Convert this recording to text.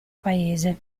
paese